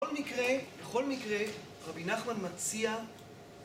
בכל מקרה, בכל מקרה, רבי נחמן מציע...